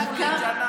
ג'ננה.